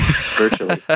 virtually